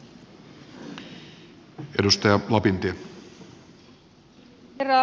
herra puhemies